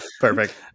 Perfect